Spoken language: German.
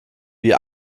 wie